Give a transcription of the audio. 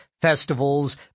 festivals